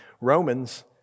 Romans